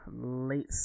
late